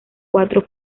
cuatro